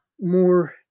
more